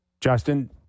Justin